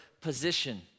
position